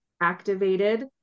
activated